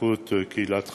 בזכות קהילת חב"ד.